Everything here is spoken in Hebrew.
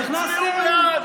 נכנסתם?